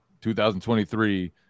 2023